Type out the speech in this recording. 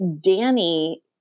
Danny